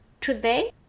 Today